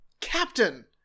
Captain